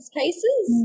cases